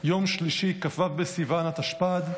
יום שלישי כ"ו בסיוון התשפ"ד,